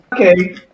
Okay